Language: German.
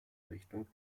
richtung